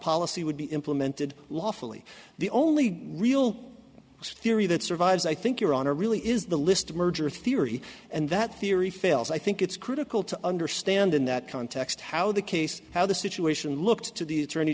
policy would be implemented lawfully the only real theory that survives i think your honor really is the list merger theory and that theory fails i think it's critical to understand in that context how the case how the situation looked to the attorney